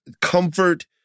comfort